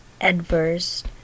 adverse